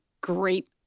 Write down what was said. great